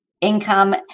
income